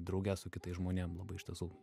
drauge su kitais žmonėm labai iš tiesų